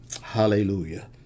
hallelujah